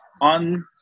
on